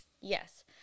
Yes